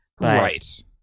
Right